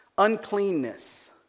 Uncleanness